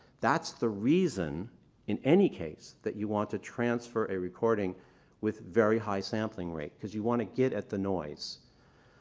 that's the reason in any case, that you want to transfer a recording with very high sampling rate, because you want to get at the noise.